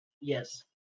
Yes